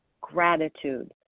gratitude